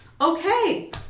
okay